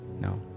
no